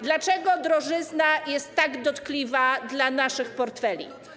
Dlaczego drożyzna jest tak dotkliwa dla naszych portfeli?